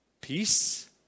peace